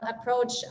approach